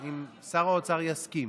אם שר האוצר יסכים,